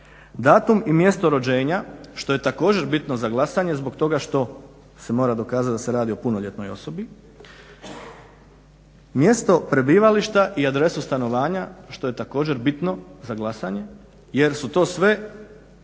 datum i mjesto rođenja što je također bitno za glasanje zbog toga što se mora dokazati da se radi o punoljetnoj osobi, mjesto prebivališta i adresu stanovanja što je također bitno za glasanje." Jer su to sve,